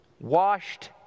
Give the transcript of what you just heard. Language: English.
washed